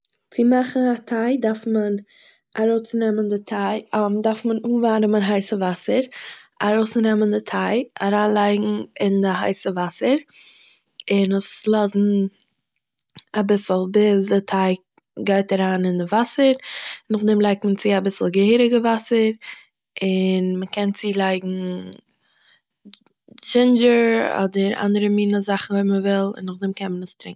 צו מאכן א טיי דארף מען ארויסצונעמען די טיי דארף מען אנווארעמען הייסע וואסער, ארויסנעמען די טיי, אריינלייגן אין די הייסע וואסער און עס לאזן אביסל, ביז די טיי גייט אריין אין די וואסער. נאכדעם לייגט מען צו אביסל געהעריגע וואסער און מ'קען צולייגן דזשינדזשער אדער אנדערע מיני זאכן אויב מען וויל, און נאכדעם קען מען עס טרינקען